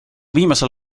viimasel